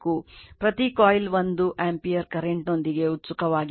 ಪ್ರತಿ coil 1 ampere current ದೊಂದಿಗೆ ಉತ್ಸುಕವಾಗಿದೆ